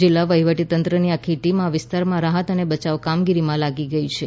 જિલ્લા વહીવટી તંત્રની આખી ટીમ આ વિસ્તારમાં રાહત અને બચાવ કામગીરીમાં લાગી ગઈ છે